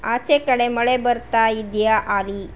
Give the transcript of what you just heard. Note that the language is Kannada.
ಆಚೆ ಕಡೆ ಮಳೆ ಬರ್ತಾ ಇದೆಯಾ ಆಲಿ